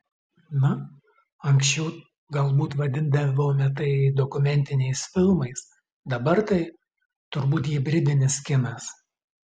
na anksčiau galbūt vadindavome tai dokumentiniais filmais dabar tai turbūt hibridinis kinas